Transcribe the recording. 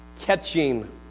catching